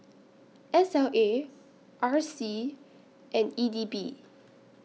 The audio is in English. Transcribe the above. S L A R C and E D B